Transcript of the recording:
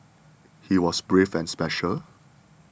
he was brave and special